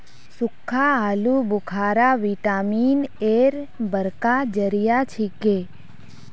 सुक्खा आलू बुखारा विटामिन एर बड़का जरिया छिके